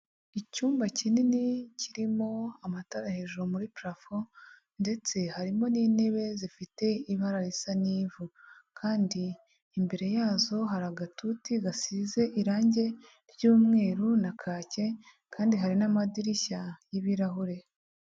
Icyumba kinini kirimo amatara hejuru muri parafo ndetse harimo n'intebe zifite ibara risa n'ivu kandi imbere yazo hari agatuti gasize irangie ry'umweru na kake kandi hari n'amadirishya y'ibirahure.